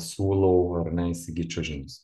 siūlau ar ne įsigyt čiužinius